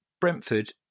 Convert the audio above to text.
Brentford